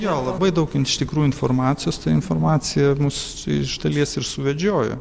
jo labai daug iš tikrų informacijos ta informacija mus iš dalies ir suvedžioja